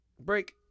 Break